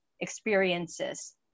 experiences